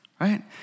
right